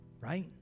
Right